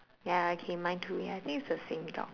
ya okay mine too ya I think it's the same dog